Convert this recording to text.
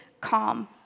calm